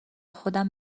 خودم